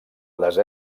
desè